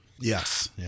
Yes